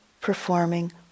performing